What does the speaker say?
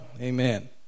Amen